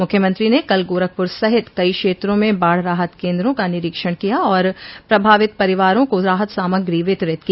मुख्यमंत्री ने कल गोरखपुर सहित कई क्षेत्रों में बाढ़ राहत केन्द्रों का निरीक्षण किया और प्रभावित परिवारों को राहत सामगो वितरित की